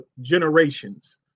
generations